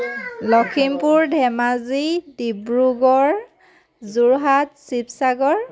Lakhimpur Dhemaji Dibrugarh Jorhat Sivasagar